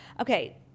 Okay